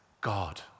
God